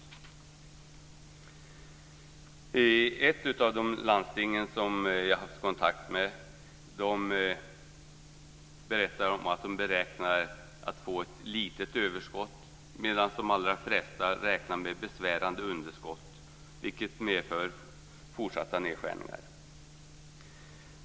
I ett av de landsting som jag har haft kontakt med berättar man att man beräknar att få ett litet överskott, men de allra flesta räknar med besvärande underskott som medför fortsatta nedskärningar.